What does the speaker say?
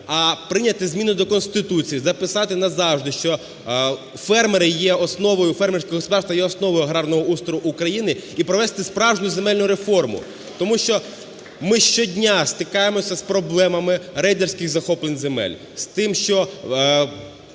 а прийняти зміни до Конституції, записати назавжди, що фермери є основою… фермерське господарство є основою аграрного устрою України, і провести справжню земельну реформу. Тому що ми щодня стикаємося з проблемами рейдерських захоплень земель, з тим, що